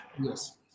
Yes